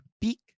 peak